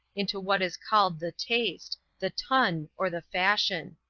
into what is called the taste, the ton, or the fashion.